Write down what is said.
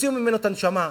תוציאו ממנו את הנשמה,